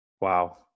Wow